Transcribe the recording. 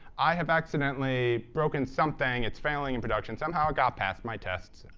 i have accidentally broken something. it's failing in production. somehow it got past my tests.